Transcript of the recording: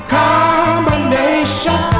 combination